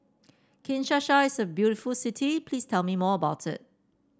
Kinshasa is a very beautiful city please tell me more about it